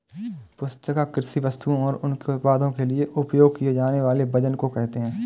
पुस्तिका कृषि वस्तुओं और उनके उत्पादों के लिए उपयोग किए जानेवाले वजन को कहेते है